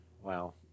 Wow